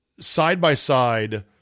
side-by-side